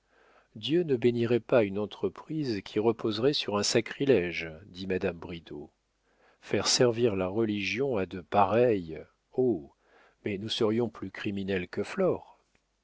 dieu ne bénirait pas une entreprise qui reposerait sur un sacrilége dit madame bridau faire servir la religion à de pareils oh mais nous serions plus criminelles que